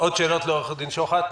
יש עוד שאלות לעורך הדין שוחט?